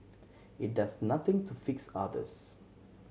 it does nothing to fix others